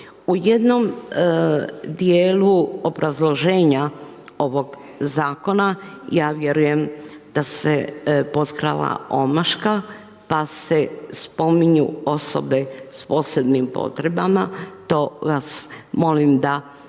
U jednom djelu obrazloženja ovog zakona ja vjerujem da se potkrala omaška pa se spominju osobe sa posebnim potrebama, to vas molim da popravite